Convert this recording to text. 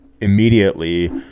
immediately